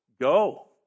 Go